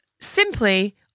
simply